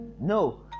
No